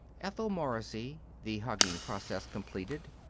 ethel morrissey, the hugging process completed,